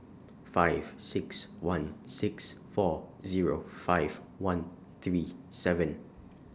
five six one six four Zero five one three seven